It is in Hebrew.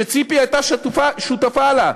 שציפי הייתה שותפה לה,